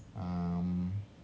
um